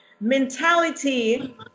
mentality